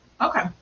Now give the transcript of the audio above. Okay